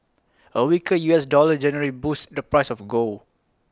A weaker U S dollar generally boosts the price of gold